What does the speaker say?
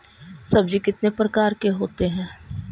सब्जी कितने प्रकार के होते है?